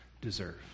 deserve